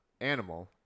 Animal